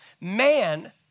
Man